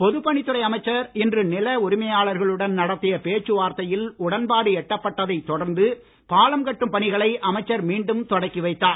பொதுப்பணித் துறை அமைச்சர் இன்று நில உரிமையாளர்களுடன் நடத்திய பேச்சுவார்த்தையில் உடன்பாடு எட்டப்பட்டதைத் தொடர்ந்து பாலம் கட்டும் பணிகளை அமைச்சர் மீண்டும் தொடக்கி வைத்தார்